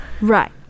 right